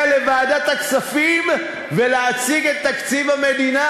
לוועדת הכספים ולהציג את תקציב המדינה,